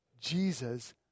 Jesus